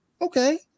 okay